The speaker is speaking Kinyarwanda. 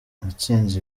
natsinze